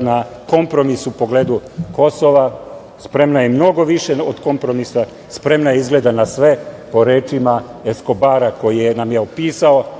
na kompromis u pogledu Kosova, spremna je i mnogo više od kompromisa, spremna je izgleda na sve po rečima Eskobara koji nam je opisao